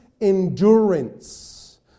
endurance